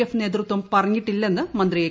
F നേതൃത്വം പറഞ്ഞിട്ടില്ലെന്ന് മന്ത്രി ഏ